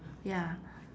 ya